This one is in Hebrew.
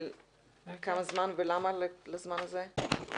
לכמה זמן ולמה לזמן הזה?